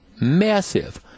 massive